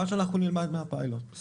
בשמחה, מה שאנחנו נלמד מהפיילוט.